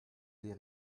des